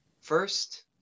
first